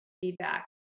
feedback